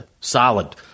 solid